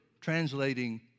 translating